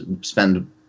spend